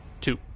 two